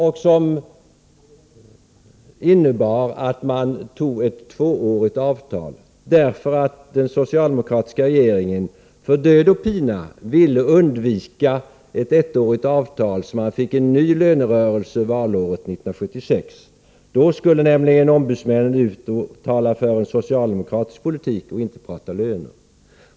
Den socialdemokratiska regeringen ville nämligen för död och pina undvika ett ettårigt avtal så att man fick en ny lönerörelse valåret 1976. Då skulle nämligen ombudsmännen ut och tala för socialdemokratisk politik och inte om löner.